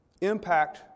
impact